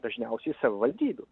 dažniausiai savivaldybių